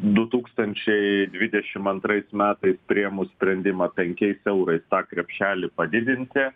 du tūkstančiai dvidešim antrais metai priėmus sprendimą penkiais eurais tą krepšelį padidinti